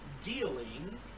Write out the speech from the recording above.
dealing